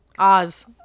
Oz